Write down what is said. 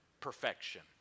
perfection